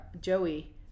Joey